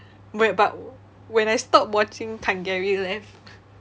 wait but when I stopped watching kang gary left